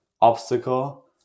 obstacle